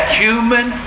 human